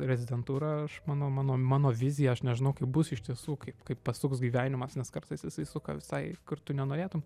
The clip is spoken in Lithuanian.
rezidentūrą aš manau mano mano vizija aš nežinau kaip bus iš tiesų kaip kaip pasuks gyvenimas nes kartais jisai suka visai kur tu nenorėtum